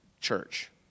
church